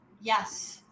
Yes